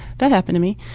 that happened to me.